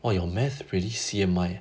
!wah! your math pretty C_M_I eh